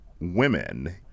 women